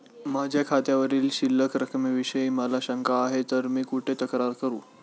माझ्या खात्यावरील शिल्लक रकमेविषयी मला शंका आहे तर मी कुठे तक्रार करू?